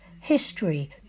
History